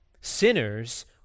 Sinners